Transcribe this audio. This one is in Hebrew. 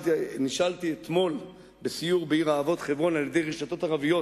נשאלתי אתמול בסיור בעיר האבות חברון על-ידי רשתות ערביות,